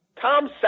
Tom